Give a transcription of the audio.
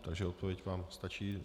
Takže odpověď vám stačí.